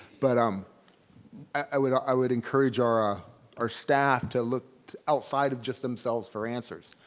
but. um i would i would encourage our ah our staff to look outside of just themselves for answers.